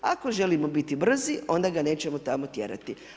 Ako želimo biti brzi onda ga nećemo tamo tjerati.